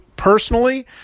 personally